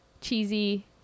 cheesy